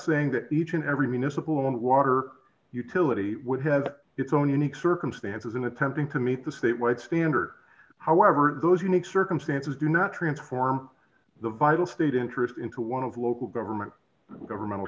saying that each and every municipal and water utility would have its own unique circumstances in attempting to meet the statewide standard however those unique circumstances do not transform the vital state interest into one of local government governmental